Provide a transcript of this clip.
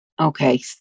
Okay